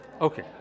Okay